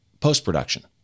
post-production